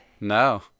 no